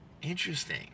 interesting